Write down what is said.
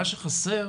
מה שחסר